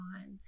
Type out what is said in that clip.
on